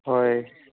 হয়